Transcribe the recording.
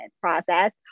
process